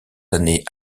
années